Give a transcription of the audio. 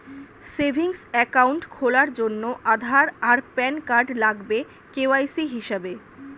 savings account খোলার জন্যে আধার আর প্যান কার্ড লাগবে কে.ওয়াই.সি হিসেবে